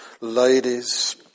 ladies